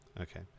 Okay